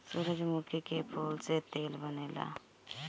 सूरजमुखी के फूल से तेल बनेला